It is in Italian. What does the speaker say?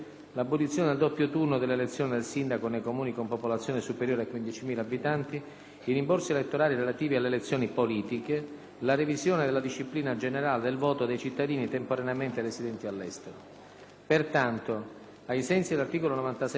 i rimborsi elettorali relativi alle elezioni politiche, la revisione della disciplina generale del voto dei cittadini temporaneamente residenti all'estero. Pertanto, ai sensi dell'articolo 97, comma 1, del Regolamento, sono improponibili i seguenti emendamenti: 1.0.1,